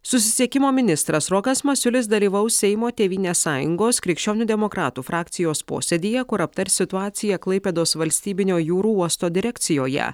susisiekimo ministras rokas masiulis dalyvaus seimo tėvynės sąjungos krikščionių demokratų frakcijos posėdyje kur aptars situaciją klaipėdos valstybinio jūrų uosto direkcijoje